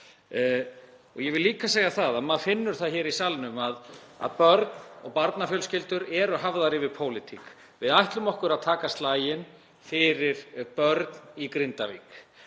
Ég vil líka segja að maður finnur það hér í salnum að börn og barnafjölskyldur eru hafðar yfir pólitík. Við ætlum okkur að taka slaginn fyrir börn í Grindavík.